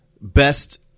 Best